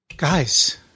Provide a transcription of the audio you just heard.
Guys